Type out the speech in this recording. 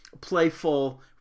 playful